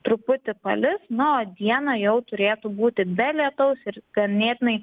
truputį palis na o dieną jau turėtų būti be lietaus ir ganėtinai